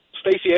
Stacey